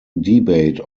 debate